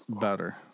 better